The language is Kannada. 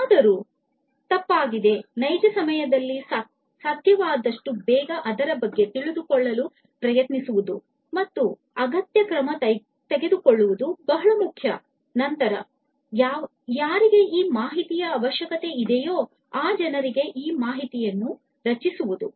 ಏನಾದರೂ ತಪ್ಪಾಗಿದಲ್ಲಿ ನೈಜ ಸಮಯದಲ್ಲಿ ಸಾಧ್ಯವಾದಷ್ಟು ಬೇಗ ಅದರ ಬಗ್ಗೆ ತಿಳಿದುಕೊಳ್ಳಲು ಪ್ರಯತ್ನಿಸುವುದು ಮತ್ತು ಅಗತ್ಯ ಕ್ರಮ ತೆಗೆದುಕೊಳ್ಳುವುದು ಬಹಳ ಮುಖ್ಯ ಮತ್ತು ನಂತರ ಯಾರಿಗೆ ಈ ಮಾಹಿತಿಯ ಅವಶ್ಯಕತೆ ಇದೆಯೋ ಆ ಜನರಿಗೆ ಈ ಮಾಹಿತಿಯನ್ನು ಕಳಿಸುವುದು